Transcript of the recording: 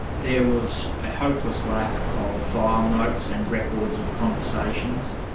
there was a hopeless lack of file notes and records of conversations.